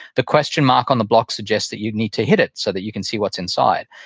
the question mark on the block suggests that you need to hit it so that you can see what's inside.